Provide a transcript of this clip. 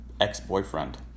ex-boyfriend